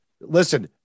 Listen